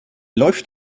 läuft